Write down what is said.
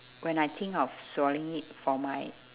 when I think of swallowing it for my